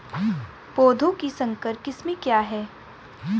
पौधों की संकर किस्में क्या हैं?